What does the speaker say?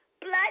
blood